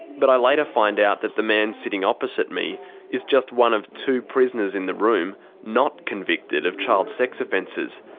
but i like later find out that the man sitting opposite me is just one of two prisoners in the room not convicted of child sex offences.